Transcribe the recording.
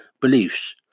beliefs